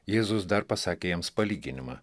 jėzus dar pasakė jiems palyginimą